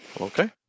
Okay